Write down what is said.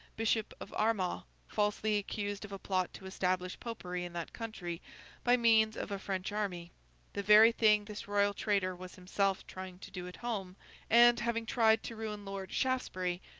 bishop of armagh, falsely accused of a plot to establish popery in that country by means of a french army the very thing this royal traitor was himself trying to do at home and having tried to ruin lord shaftesbury,